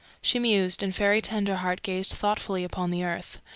she mused, and fairy tenderheart gazed thoughtfully upon the earth.